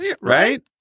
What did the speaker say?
Right